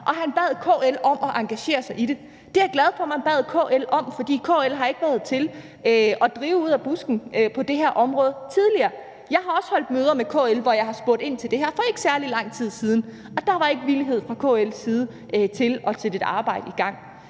Og han bad KL om at engagere sig i det, og det er jeg glad for man bad KL om, for KL har ikke været til at drive ud af busken på det her område tidligere. Jeg har også holdt møder med KL, hvor jeg har spurgt ind til det her, for ikke særlig lang tid siden, og der var ikke villighed fra KL's side til at sætte et arbejde i gang.